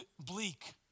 bleak